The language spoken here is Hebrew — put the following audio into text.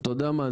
אתה יודע מה,